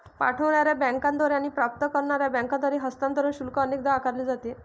पाठवणार्या बँकेद्वारे आणि प्राप्त करणार्या बँकेद्वारे हस्तांतरण शुल्क अनेकदा आकारले जाते